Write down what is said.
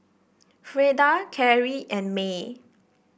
Freda Cary and May